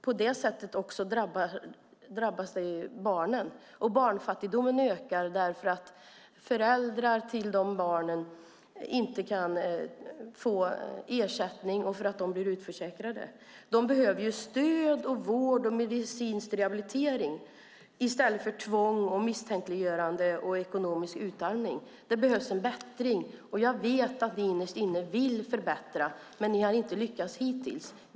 På det sättet drabbas barnen, och barnfattigdomen ökar därför att föräldrar inte kan få ersättning och blir utförsäkrade. De behöver stöd, vård och medicinsk rehabilitering i stället för tvång, misstänkliggörande och ekonomisk utarmning. Det behövs en bättring. Och jag vet att ni innerst inne vill förbättra, men ni har inte lyckats hittills.